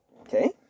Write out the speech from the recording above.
okay